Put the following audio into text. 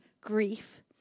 grief